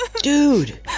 Dude